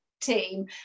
team